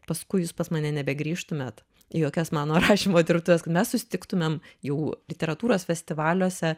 paskui jūs pas mane nebegrįžtumėt į jokias mano rašymo dirbtuves mes susitiktumėm jau literatūros festivaliuose